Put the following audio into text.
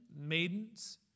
maidens